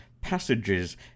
passages